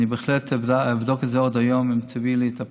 אני בהחלט אבדוק את זה עוד היום אם תביאי לי את הפרטים,